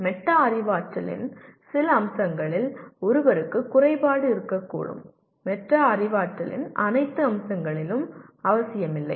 meta அறிவாற்றலின் சில அம்சங்களில் ஒருவருக்கு குறைபாடு இருக்கக்கூடும் மெட்டா அறிவாற்றலின் அனைத்து அம்சங்களிலும் அவசியமில்லை